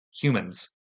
humans